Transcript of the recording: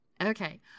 Okay